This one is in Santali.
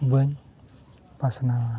ᱵᱟᱹᱧ ᱯᱟᱥᱱᱟᱣᱟ